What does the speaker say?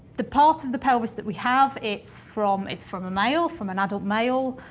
the part of the pelvis that we have, it's from it's from a male, from an adult male